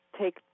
take